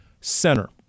center